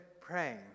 praying